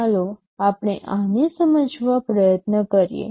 ચાલો આપણે આને સમજાવવા પ્રયત્ન કરીએ